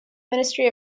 ministry